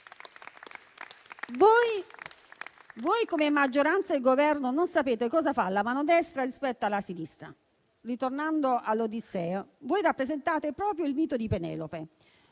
Voi, come maggioranza e Governo, non sapete cosa fa la mano destra rispetto alla sinistra. Ritornando all'Odissea, rappresentate proprio il mito di Penelope,